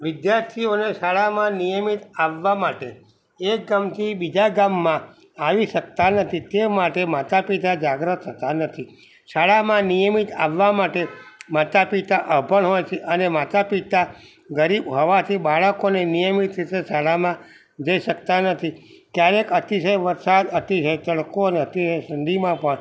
વિદ્યાર્થીઓને શાળામાં નિયમિત આવવા માટે એક ગામથી બીજા ગામમાં આવી શકતા નથી તે માટે માતા પિતા જાગૃત થતાં નથી શાળામાં નિયમિત આવવા માટે માતા પિતા અભણ હોય છે અને માતા પિતા ગરીબ હોવાથી બાળકો ને નિયમિત રીતે શાળામાં જઈ શકતાં નથી ક્યારેક અતિશય વરસાદ અતિશય તડકો અને અતિશય ઠંડીમાં પણ